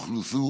והוכנסו